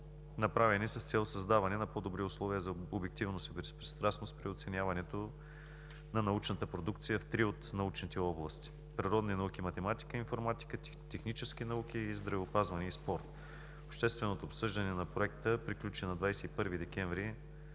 направени с цел създаване на по¬добри условия за обективност и безпристрастност при оценяването на научната продукция в три от научните области – природни науки, математика и информатика; технически науки и здравеопазване и спорт. Общественото обсъждане на Проекта приключи на 21 декември